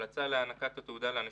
המלצה על (ב) המלצה להענקת התעודה לאנשים